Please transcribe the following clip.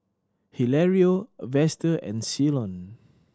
Hilario Vester and Ceylon